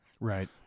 Right